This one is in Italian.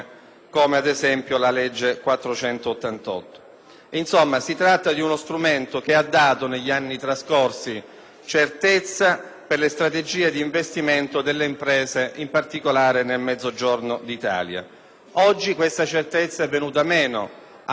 Insomma, si tratta di uno strumento che negli anni trascorsi ha dato certezza per le strategie di investimento delle imprese, in particolare nel Mezzogiorno d'Italia. Oggi questa certezza è venuta meno, a seguito dell'introduzione di una serie di procedure